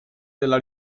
della